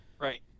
Right